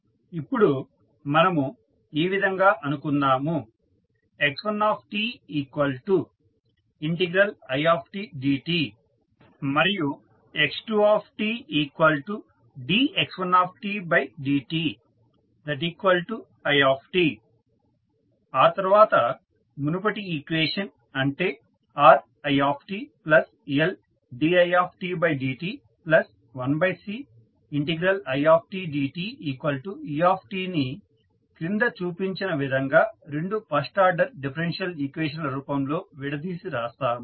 ఇప్పుడు మనము ఈ విధంగా అనుకుందాము x1titdt మరియు x2tdx1dt it ఆ తర్వాత మునుపటి ఈక్వేషన్ అంటే RitLdidt1Cidte ని కింద చూపించిన విధంగా రెండు ఫస్ట్ ఆర్డర్ డిఫరెన్షియల్ ఈక్వేషన్ ల రూపం లో విడదీసి రాస్తాము